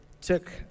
took